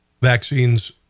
vaccines